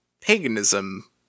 paganism